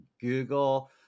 Google